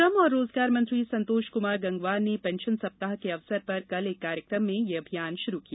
श्रम और रोजगार मंत्री संतोष कुमार गंगवार ने पेंशन सप्ताह के अवसर पर कल एक कार्यक्रम में यह अभियान शुरू किया